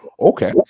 Okay